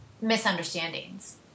misunderstandings